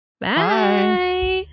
Bye